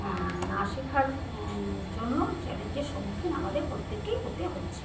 না শেখার জন্য চ্যালেঞ্জের সম্মুখীন আমাদের প্রত্যেকেই হতে হচ্ছে